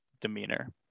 demeanor